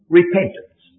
repentance